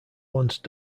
once